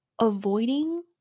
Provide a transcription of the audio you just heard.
avoiding